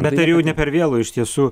bet ar jau ne per vėlu iš tiesų